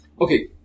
Okay